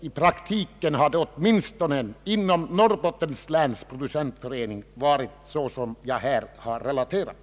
I praktiken har det åtminstone inom Norrbottens läns producentförening fungerat så som jag här har relaterat.